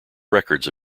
records